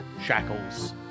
shackles